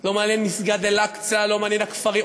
לא מעניין מסגד אל-אקצא, לא מעניינים הכפרים.